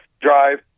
drive